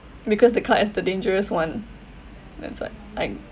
because the card is the dangerous one that's what I